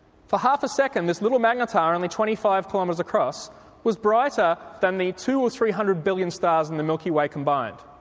for half a second this little magnetar only twenty five kilometres across was brighter than the two hundred or three hundred billion stars in the milky way combined,